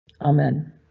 Amen